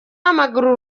w’amaguru